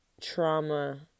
trauma